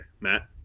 Matt